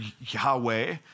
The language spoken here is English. Yahweh